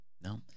no